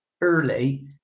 early